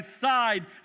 side